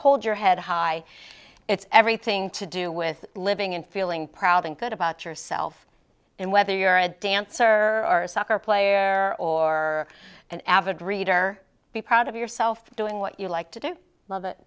hold your head high it's everything to do with living and feeling proud and good about yourself and whether you're a dancer or a soccer player or an avid reader be proud of yourself doing what you like to do